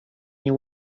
nie